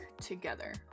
together